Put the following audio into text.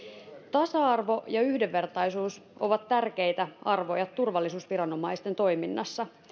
tasa arvo ja yhdenvertaisuus ovat tärkeitä arvoja turvallisuusviranomaisten toiminnassa